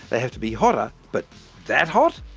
they have to be hotter. but that hot?